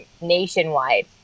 nationwide